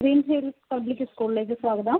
green civil public സ്കൂളിലേക്ക് സ്വാഗതം